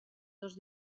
dos